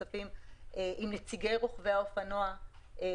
כולל עם נציגי רוכבי האופנועים,